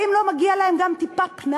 האם לא מגיעה להם גם טיפת פנאי?